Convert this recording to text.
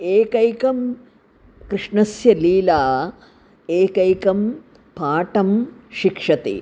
एकैका कृष्णस्य लीला एकैकं पाठं शिक्षते